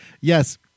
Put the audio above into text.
yes